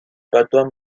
patois